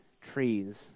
trees